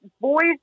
Boys